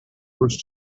worse